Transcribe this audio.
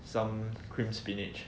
some cream spinach